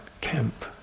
camp